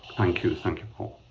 thank you. thank you paul.